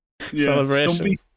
Celebration